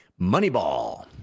Moneyball